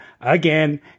again